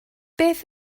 beth